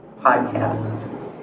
podcast